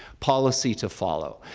policy to follow,